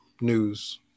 news